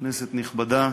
כנסת נכבדה,